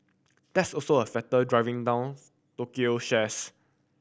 that's also a factor driving down Tokyo shares